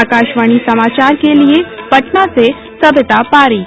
आकाशवाणी समाचार के लिये पटना से सविता पारीक